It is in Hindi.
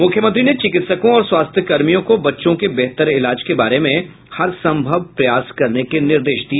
मुख्यमंत्री ने चिकित्सकों और स्वास्थ्यकर्मियों को बच्चों के बेहतर इलाज के बारे में हरसंभव प्रयास करने के निर्देश दिए